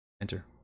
enter